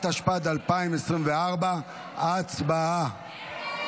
התשפ"ד 2024. הצבעה.